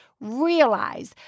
realize